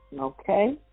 Okay